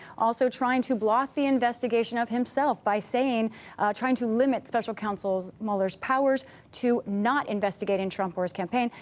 also trying to block the investigation of himself by saying trying to limit special counsel's mueller's powers to not investigating trump or his campaign,